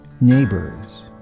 neighbors